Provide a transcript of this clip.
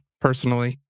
personally